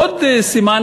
עוד סימן